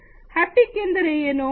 haptic ಎಂದರೆ ಏನು